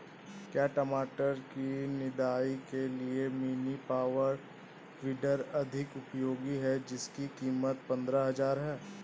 क्या टमाटर की निदाई के लिए मिनी पावर वीडर अधिक उपयोगी है जिसकी कीमत पंद्रह हजार है?